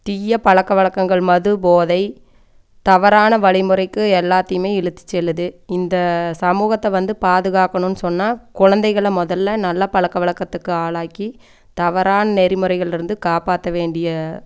தீய பழக்கவழக்கங்கள் மதுபோதை தவறான வழிமுறைக்கு எல்லாத்தையுமே இழுத்துச் செல்லுது இந்த சமூகத்தை வந்து பாதுகாக்கணும்னு சொன்னால் குழந்தைகள முதல்ல நல்ல பழக்க வழக்கத்துக்கு ஆளாக்கி தவறான நெறிமுறைகளிலிருந்து காப்பாற்ற வேண்டிய